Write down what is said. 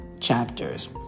chapters